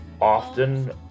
often